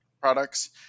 products